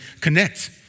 connect